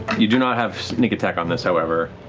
you do not have sneak attack on this, however,